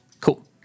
cool